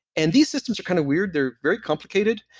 and these systems are kind of weird. they're very complicated,